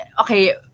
okay